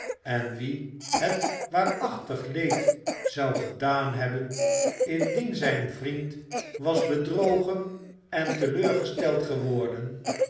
en wien het waarachtig leed zou gedaan hebben indien zijn vriend was bedrogen en teleurgesteld geworden